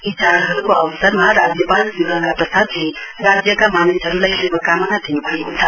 यी चाडहरूको अवसरमा राज्यपाल श्री गंगा प्रसादले राज्यका मानिसहरूलाई श्भकामना दिन् भएको छ